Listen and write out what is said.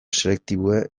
selektiboa